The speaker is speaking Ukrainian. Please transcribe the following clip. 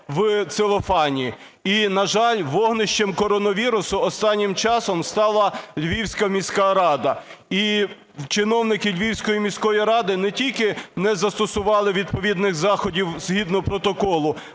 І, на жаль, вогнищем коронавірусу останнім часом стала Львівська міська рада. І чиновники Львівської міської ради не тільки не застосували відповідних заходів згідно протоколу,